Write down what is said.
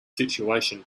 situation